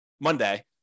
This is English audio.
monday